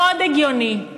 מאוד הגיוני.